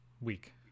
week